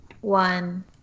one